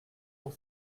pour